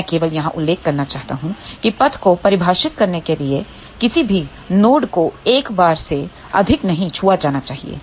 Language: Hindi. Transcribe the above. मैं केवल यहाँ उल्लेख करना चाहता हूं कि पथ को परिभाषित करने के लिए किसी भी नोड को एक बार से अधिक नहीं छुआ जाना चाहिए